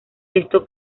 esto